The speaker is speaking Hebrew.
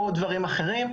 או דברים אחרים.